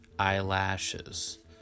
eyelashes